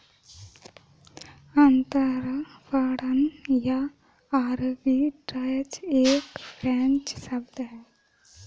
अंतरपणन या आर्बिट्राज एक फ्रेंच शब्द है